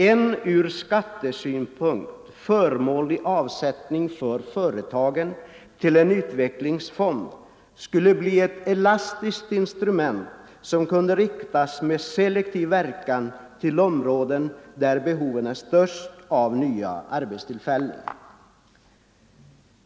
En ur skattesynpunkt förmånlig avsättning för företagen till en utvecklingsfond skulle bli ett elastiskt instrument som kunde riktas med selektiv verkan till områden där behoven är störst av nya arbetstillfällen.